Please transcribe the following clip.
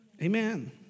Amen